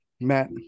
matt